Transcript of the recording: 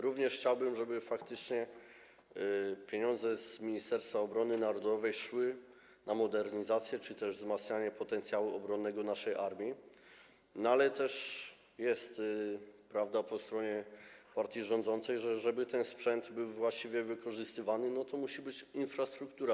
Również chciałbym, żeby faktycznie pieniądze z Ministerstwa Obrony Narodowej szły na modernizację czy też wzmacnianie potencjału obronnego naszej armii, ale też jest prawda po stronie partii rządzącej, że żeby ten sprzęt był właściwie wykorzystywany, to musi być pod to infrastruktura.